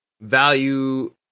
value